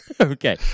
Okay